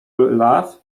laugh